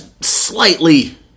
slightly